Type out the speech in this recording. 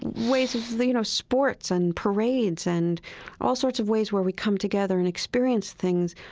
ways of, you know, sports and parades and all sorts of ways where we come together and experience things.